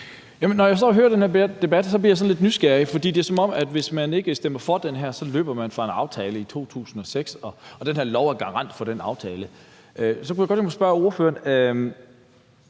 Når jeg hører den her debat, bliver jeg lidt nysgerrig, for det er som om, at stemmer man ikke for det her, løber man fra en aftale fra 2006, og den her lov er garant for den aftale. Så kunne jeg godt tænke mig at spørge ordføreren